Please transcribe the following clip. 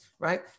Right